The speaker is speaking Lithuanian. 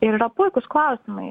ir yra puikūs klausimai